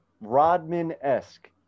rodman-esque